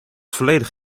volledig